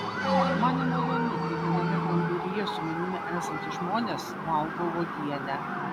man nemalonu kai viename kambaryje su manimi esantys žmonės valgo uogienę